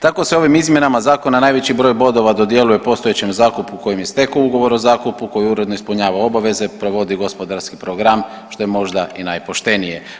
Tako se ovim izmjenama zakona najveći broj bodova dodjeljuje postojećem zakupu kojim je stekao ugovor o zakupu, koji uredno ispunjava obaveze, provodi gospodarski program što je možda i najpoštenije.